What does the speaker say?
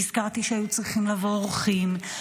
נזכרתי שהיו צריכים לבוא אורחים.